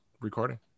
recording